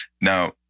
now